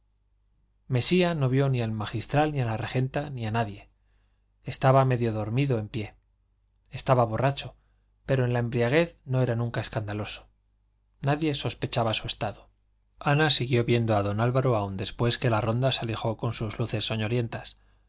mesía no vio ni al magistral ni a la regenta ni a nadie estaba medio dormido en pie estaba borracho pero en la embriaguez no era nunca escandaloso nadie sospechaba su estado ana siguió viendo a don álvaro aun después que la ronda se alejó con sus luces